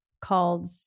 called